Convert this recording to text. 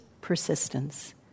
persistence